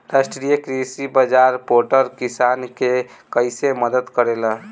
राष्ट्रीय कृषि बाजार पोर्टल किसान के कइसे मदद करेला?